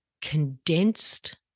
condensed